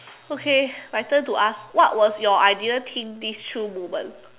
okay my turn to ask what was your I didn't think this through moment